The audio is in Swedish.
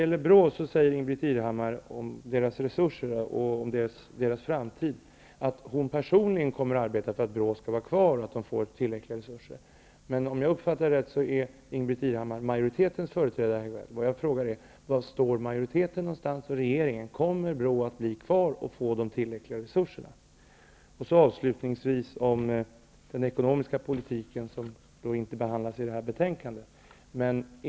Om BRÅ:s resurser och framtid säger Ingbritt Irhammar att hon personligen kommer att arbeta för att BRÅ skall vara kvar och få tillräckliga resurser. Om jag uppfattar det rätt är Ingbritt Irhammar majoritetens företrädare här i kväll. Då frågar jag: Var står majoriteten och regeringen? Kommer BRÅ att bli kvar och få tillräckliga resurser? Avslutningsvis några ord om den ekonomiska politiken, som ju inte behandlas i detta betänkande.